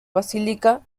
basílica